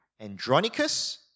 Andronicus